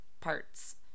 parts